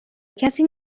کسی